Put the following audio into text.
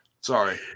Sorry